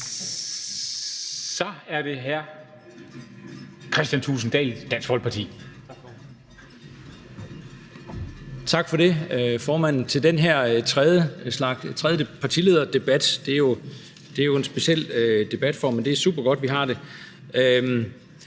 Så er det hr. Kristian Thulesen Dahl, Dansk Folkeparti.